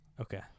Okay